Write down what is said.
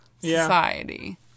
society